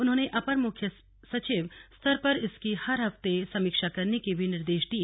उन्होंने अपर मुख्य सचिव स्तर पर इसकी हर हफ्ते समीक्षा करने के भी निर्देश दिए